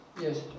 Yes